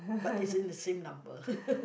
but it's in the same number